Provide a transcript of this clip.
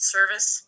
Service